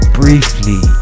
briefly